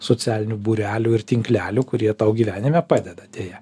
socialinių būrelių ir tinklelių kurie tau gyvenime padeda deja